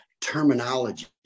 terminology